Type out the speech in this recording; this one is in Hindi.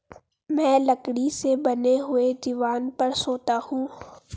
मैं लकड़ी से बने हुए दीवान पर सोता हूं